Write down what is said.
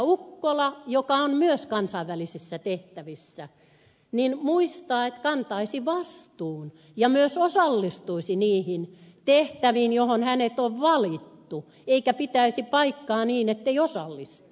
ukkola joka on myös kansainvälisissä tehtävissä muistaa että kantaisi vastuun ja myös osallistuisi niihin tehtäviin joihin hänet on valittu eikä pitäisi paikkaa niin ettei osallistu